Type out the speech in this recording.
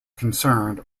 concerned